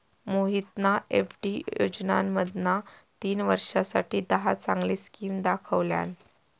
मोहितना एफ.डी योजनांमधना तीन वर्षांसाठी दहा चांगले स्किम दाखवल्यान